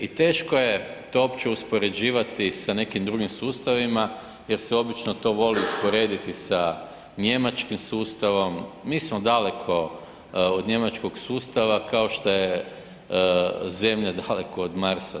I teško je to uopće uspoređivati sa nekim drugim sustavima jer se obično to voli usporediti sa njemačkim sustavom, mi smo daleko od njemačkog sustava, kao što je Zemlja daleko od Marsa.